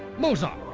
mozart,